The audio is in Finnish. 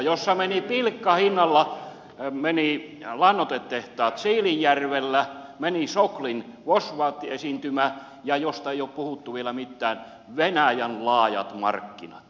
siinä meni pilkkahinnalla lannoitetehtaat siilinjärvellä meni soklin fosfaattiesiintymä ja mistä ei ole puhuttu vielä mitään venäjän laajat markkinat